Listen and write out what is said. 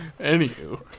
Anywho